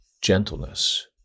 gentleness